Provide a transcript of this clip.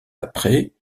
après